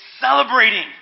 celebrating